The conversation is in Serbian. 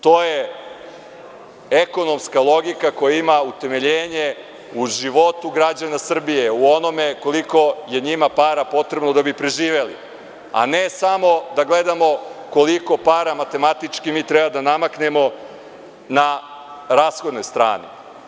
To je ekonomska logika koja ima utemeljenje u životu građana Srbije, u onome koliko je njima para potrebno da bi preživeli, a ne samo da gledamo koliko para matematički mi treba da namaknemo na rashodnoj strani.